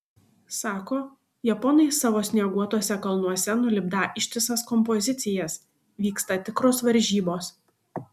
sako japonai savo snieguotuose kalnuose nulipdą ištisas kompozicijas vyksta tikros varžybos